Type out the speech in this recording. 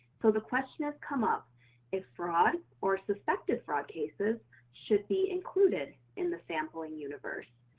so the question has come up if fraud or suspected fraud cases should be included in the sampling universe,